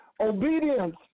Obedience